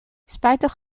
spijtig